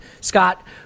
Scott